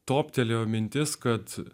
toptelėjo mintis kad